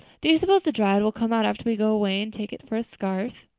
do you suppose the dryad will come out after we go away and take it for a scarf?